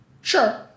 Sure